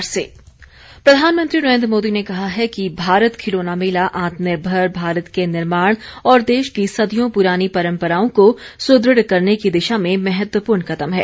प्रधानमंत्री प्रधानमंत्री नरेन्द्र मोदी ने कहा है कि भारत खिलौना मेला आत्मनिर्भर भारत के निर्माण और देश की सदियों पुरानी परंपराओं को सुदृढ़ करने की दिशा में महत्वपूर्ण कदम है